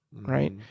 Right